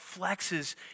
flexes